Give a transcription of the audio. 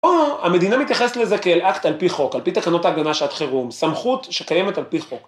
או המדינה מתייחסת לזה כאל אקט על פי חוק, על פי תקנות ההגנה שעת חירום, סמכות שקיימת על פי חוק.